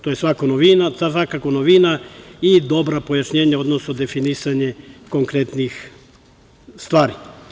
To je svakako novina i dobro pojašnjenje, odnosno definisanje konkretnih stvari.